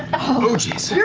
oh jeez,